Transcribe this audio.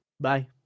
Bye